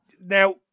Now